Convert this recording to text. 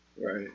Right